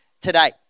today